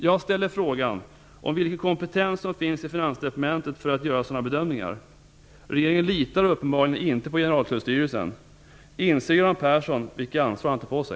Jag ställer frågan om vilken kompetens det finns i Finansdepartementet för att göra sådana bedömningar. Regeringen litar uppenbarligen inte på Generaltullstyrelsen. Inser Göran Persson vilket ansvar han tar på sig?